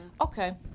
Okay